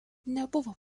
nebuvo